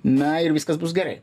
na ir viskas bus gerai